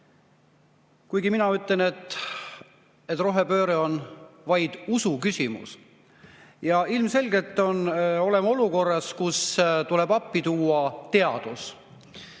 Mina ütlen, et rohepööre on vaid usuküsimus. Ja ilmselgelt oleme olukorras, kus tuleb appi tuua teadus.